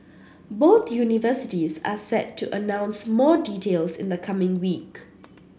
both universities are set to announce more details in the coming week